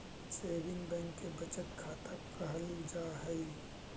saving bank के बचत खाता कहल जा हइ